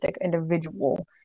individual